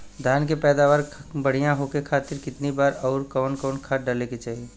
धान के पैदावार बढ़िया होखे खाती कितना बार अउर कवन कवन खाद डाले के चाही?